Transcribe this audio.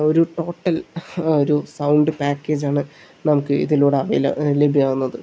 ഒരു ടോട്ടൽ ഒരു സൗണ്ട് പാക്കേജാണ് നമുക്ക് ഇതിലൂടെ ലഭ്യമാകുന്നത്